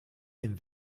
dem